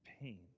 pain